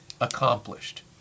accomplished